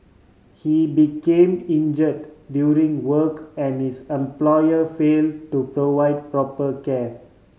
he became injured during work and his employer fail to provide proper care